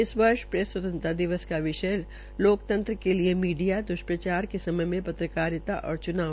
इस वर्ष प्रेस स्वतंत्रता दिवस का विषया है लोकतंत्र के लिये मीडिया द्वष्प्रचार के समय में पत्रकारिता और चूनाव